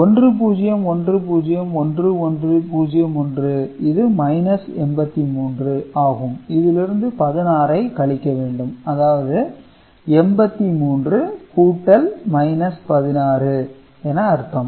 1010 1101 இது 83 ஆகும் இதிலிருந்து 16 ஐ கழிக்க வேண்டும் அதாவது 83 கூட்டல் 16 என அர்த்தம்